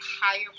Higher